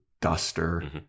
duster